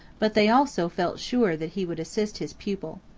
but they also felt sure that he would assist his pupil.